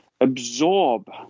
absorb